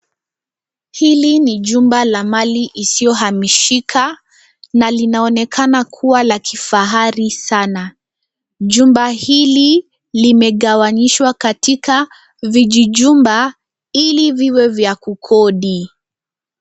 Hili ni jumba la mali isiyohamika na linaonekana kuwa la kifahari sana. Jumba hili limegawanyishwa katika vijijumba ili viwe cha kukodi.